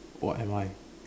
what am I